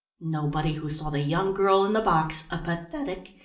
nobody who saw the young girl in the box, a pathetic,